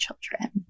children